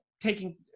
taking